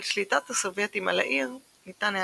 את שליטת הסובייטים על העיר ניתן היה